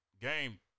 game